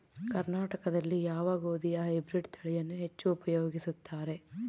ಕರ್ನಾಟಕದಲ್ಲಿ ಯಾವ ಗೋಧಿಯ ಹೈಬ್ರಿಡ್ ತಳಿಯನ್ನು ಹೆಚ್ಚು ಉಪಯೋಗಿಸುತ್ತಾರೆ?